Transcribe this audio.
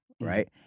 right